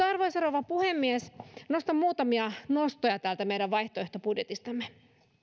arvoisa rouva puhemies nostan muutamia nostoja täältä meidän vaihtoehtobudjetistamme